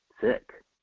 sick